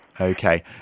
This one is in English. Okay